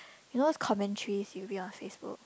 you know those commentaries you read on FaceBook